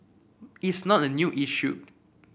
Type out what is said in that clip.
it's not a new issued